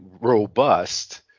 robust